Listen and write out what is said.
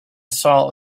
saw